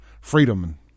freedom